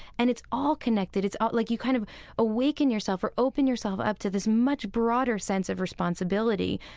and it's all connected. it's ah like you kind of awaken yourself or open yourself up to this much broader sense of responsibility,